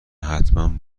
حتمن